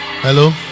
Hello